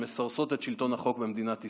שמסרסות את שלטון החוק במדינת ישראל.